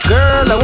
Girl